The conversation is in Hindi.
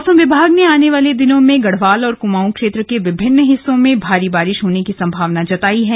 मौसम विभाग ने आने वाले दिनों में गढ़वाल और कुमाऊं क्षेत्र के विभिन्न हिस्सों में भारी बारिश होने की संभावना जताई है